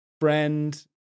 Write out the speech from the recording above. friend